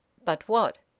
but what?